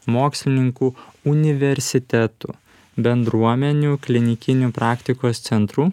mokslininkų universitetų bendruomenių klinikinių praktikos centrų